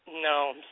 No